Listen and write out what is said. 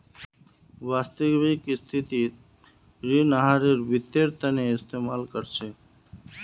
वास्तविक स्थितित ऋण आहारेर वित्तेर तना इस्तेमाल कर छेक